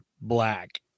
black